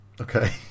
Okay